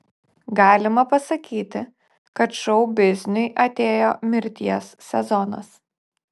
galima pasakyti kad šou bizniui atėjo mirties sezonas